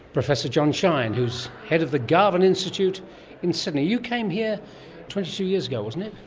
professor john shine, who is head of the garvan institute in sydney. you came here twenty two years ago, wasn't it?